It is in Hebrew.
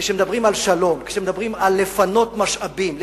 כשמדברים על שלום ועל לפנות משאבים,